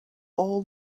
all